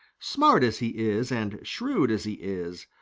smart as he is and shrewd as he is,